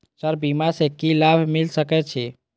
Sir बीमा से की लाभ मिल सके छी?